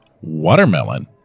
watermelon